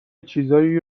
چیزایی